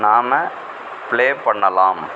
நாம பிளே பண்ணலாம்